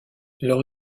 leur